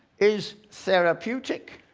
is therapeutic,